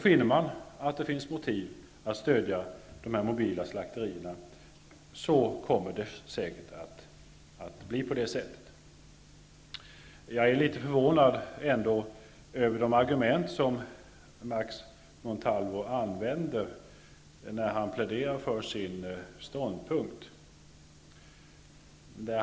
Finner man att det finns motiv att stödja dessa mobila slakterier, kommer det säkert att bli på det sättet. ag är litet förvånad över de argument som Max Montalvo använder när han pläderar för sin ståndpunkt.